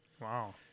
Wow